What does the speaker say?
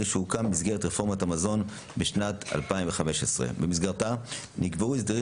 שהוקם במסגרת רפורמת המזון בשנת 2015. במסגרתה נקבעו הסדרים